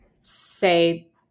say